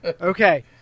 Okay